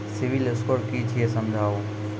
Civil score कि छियै समझाऊ?